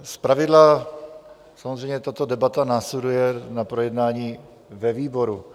Zpravidla samozřejmě tato debata následuje na projednání ve výboru.